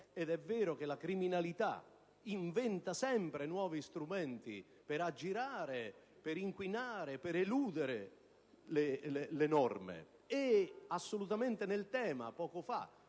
ed è vero che la criminalità inventa sempre nuovi strumenti per aggirare, per inquinare, per eludere le norme. E assolutamente in argomento, poco fa